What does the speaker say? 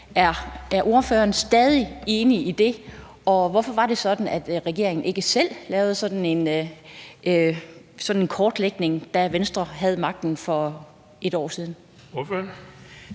Er ordføreren stadig enig i det? Og hvorfor var det sådan, at man i regeringen ikke selv lavede sådan en kortlægning, da Venstre havde magten for et år siden?